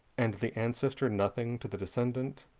and the ancestor nothing to the descendant?